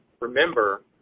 remember